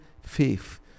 faith